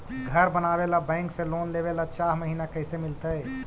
घर बनावे ल बैंक से लोन लेवे ल चाह महिना कैसे मिलतई?